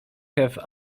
have